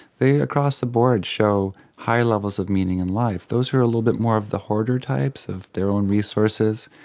they across the board show higher levels of meaning in life. those are a little bit more of the hoarder types of their own resources.